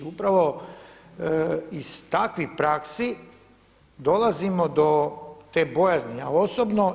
Upravo iz takvih praksi dolazimo do te bojazni, ja osobno.